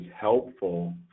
helpful